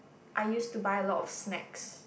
I used to buy a lot of snacks